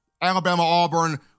Alabama-Auburn